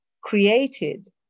created